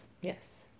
Yes